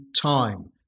time